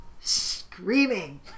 screaming